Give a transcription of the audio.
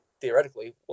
theoretically